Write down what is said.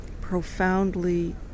profoundly